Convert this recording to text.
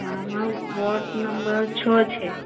હં અમારો ward number છ છે